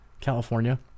California